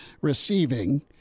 receiving